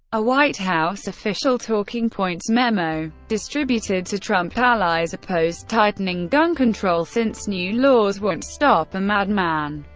a white house official talking points memo, distributed to trump allies, opposed tightening gun control since new laws won't stop a mad man,